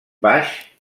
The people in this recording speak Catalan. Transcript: baix